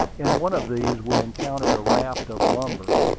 in one of these we encountered a raft of lumber,